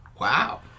wow